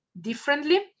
differently